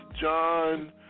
John